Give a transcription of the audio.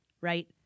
Right